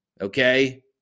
Okay